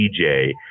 DJ